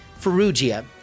Ferrugia